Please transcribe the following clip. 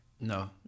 no